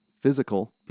physical